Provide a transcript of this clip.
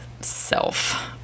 self